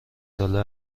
ساله